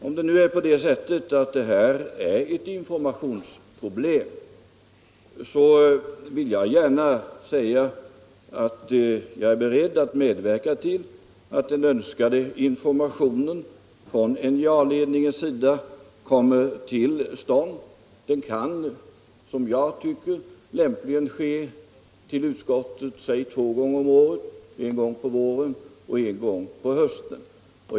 Om det nu är på det sättet att det finns ett informationsproblem, vill jag gärna uttala att jag är beredd att medverka till att den önskade informationen från NJA-ledningens sida kommer till stånd. Den kan, som jag ser det, lämpligen lämnas till utskottet — säg två gånger om året: en gång på våren och en gång på hösten.